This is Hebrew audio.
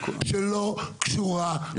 שלא קשורה לחוק.